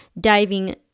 diving